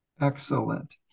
Excellent